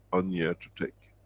on year to take.